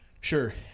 Sure